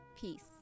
Peace